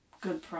good